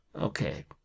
Okay